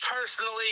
personally